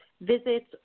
visits